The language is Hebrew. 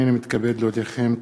הנני מתכבד להודיעכם,